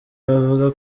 bavuga